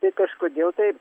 tai kažkodėl tai